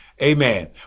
Amen